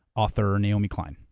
author naomi klein.